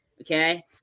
Okay